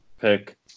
pick